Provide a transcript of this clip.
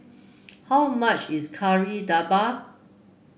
how much is Kari Debal